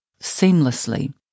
seamlessly